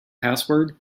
password